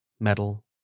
metal